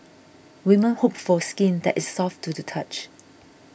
women hope for skin that is soft to the touch